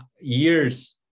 years